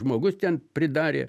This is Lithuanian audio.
žmogus ten pridarė